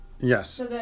Yes